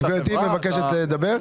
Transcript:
גברתי מבקשת לדבר?